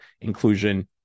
inclusion